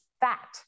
fat